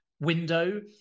window